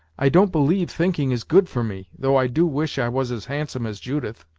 i don't believe thinking is good for me, though i do wish i was as handsome as judith!